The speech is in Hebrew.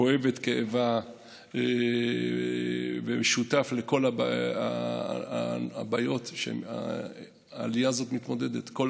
כואב את כאבה ושותף לכל הבעיות שהעלייה הזאת מתמודדת איתן,